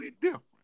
different